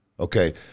okay